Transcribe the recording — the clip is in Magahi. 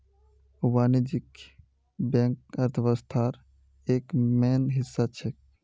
वाणिज्यिक बैंक अर्थव्यवस्थार एक मेन हिस्सा छेक